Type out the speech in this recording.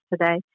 today